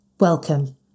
Welcome